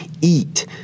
eat